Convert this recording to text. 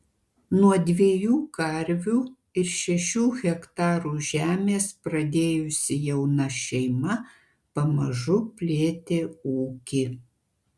nuo dviejų karvių ir šešių hektarų žemės pradėjusi jauna šeima pamažu plėtė ūkį